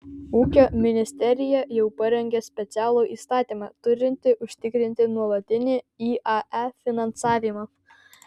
ūkio ministerija jau parengė specialų įstatymą turintį užtikrinti nuolatinį iae finansavimą